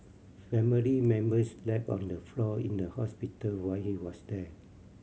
family members slept on the floor in the hospital while he was there